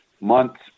months